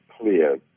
clear